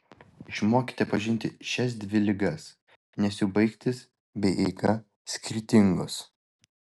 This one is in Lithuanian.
išmokite pažinti šias dvi ligas nes jų baigtis bei eiga skirtingos